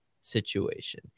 situation